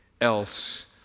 else